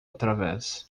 através